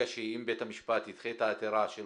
אם בית המשפט ידחה את העתירה,